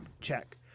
Check